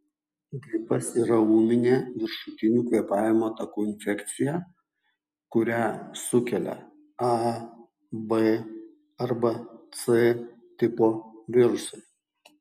gripas yra ūminė viršutinių kvėpavimo takų infekcija kurią sukelia a b arba c tipo virusai